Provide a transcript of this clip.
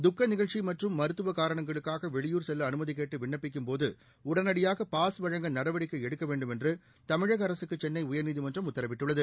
துக்கநிகழ்ச்சி மற்றும் மருத்துவ காரணங்களுக்காக வெளியூர் செல்ல அனுமதி கேட்டு விண்ணப்பிக்கும் போது உடனடியாக பாஸ் வழங்க நடவடிக்கை எடுக்க வேண்டும் என்று தமிழக அரசுக்கு சென்னை உயர்நீதிமன்றம் உத்தரவிட்டுள்ளது